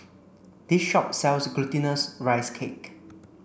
this shop sells glutinous rice cake